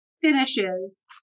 finishes